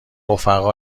رفقا